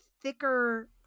thicker